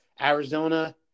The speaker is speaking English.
Arizona